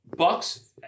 Bucks